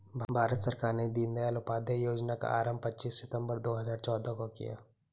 भारत सरकार ने दीनदयाल उपाध्याय योजना का आरम्भ पच्चीस सितम्बर दो हज़ार चौदह को किया